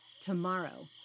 Tomorrow